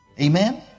Amen